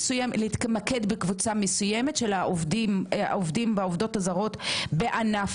להתמקד בקבוצה מסוימת של העובדים והעובדות הזרות בענף